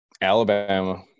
Alabama